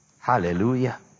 Hallelujah